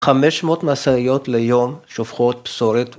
‫500 משאיות ליום שופכות פסולת.